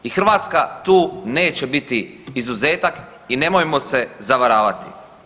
I Hrvatska tu neće biti izuzetak i nemojmo se zavaravati.